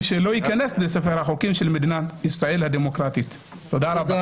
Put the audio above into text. לספר החוקים של מדינת ישראל הדמוקרטית." תודה רבה.